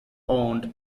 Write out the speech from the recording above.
owned